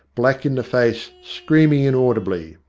black in the face, scream ing inaudibly.